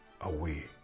away